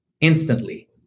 instantly